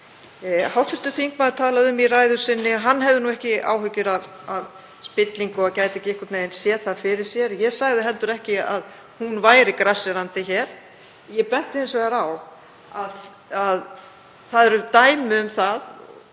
Hv. þingmaður talaði um í ræðu sinni að hann hefði nú ekki áhyggjur af spillingu og gæti einhvern veginn ekki séð það fyrir sér. Ég sagði heldur ekki að hún væri grasserandi hér. Ég benti hins vegar á að það eru dæmi um það